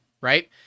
right